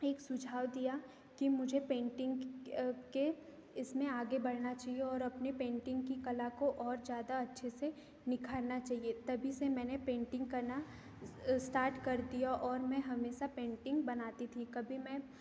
एक सुझाव दिया कि मुझे पेंटिंग के इसमें आगे बढ़ना चाहिए और अपनी पेंटिंग की कला को और ज्यादा अच्छे से निखारना चाहिए तभी से मैंने पेंटिंग करना स्टार्ट कर दिया और मैं हमेशा पेंटिंग बनाती थी कभी मैं